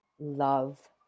love